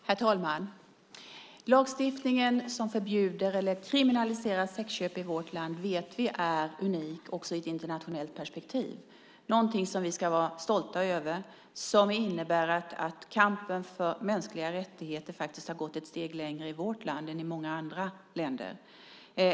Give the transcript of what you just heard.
Herr talman! Lagstiftningen som kriminaliserar sexköp i vårt land vet vi är unik också i ett internationellt perspektiv. Det är något vi ska vara stolta över och som innebär att kampen för mänskliga rättigheter faktiskt har gått ett steg längre i vårt land än i många andra länder.